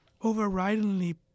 overridingly